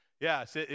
Yes